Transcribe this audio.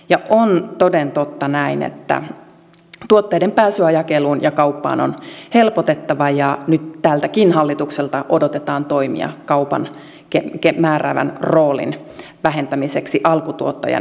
on toden totta näin että tuotteiden pääsyä jakeluun ja kauppaan on helpotettava ja nyt tältäkin hallitukselta odotetaan toimia kaupan määräävän roolin vähentämiseksi alkutuottajan hyväksi